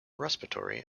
respiratory